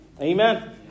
Amen